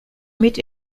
mit